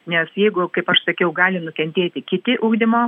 nes jeigu kaip aš sakiau gali nukentėti kiti ugdymo